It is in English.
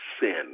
sin